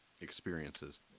experiences